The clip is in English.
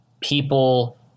people